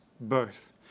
birth